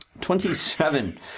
Twenty-seven